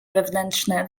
wewnętrzne